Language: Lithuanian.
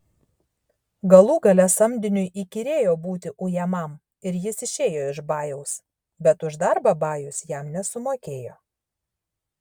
galų gale samdiniui įkyrėjo būti ujamam ir jis išėjo iš bajaus bet už darbą bajus jam nesumokėjo